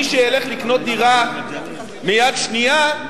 ומי שילך לקנות דירת יד שנייה,